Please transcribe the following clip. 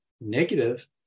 negative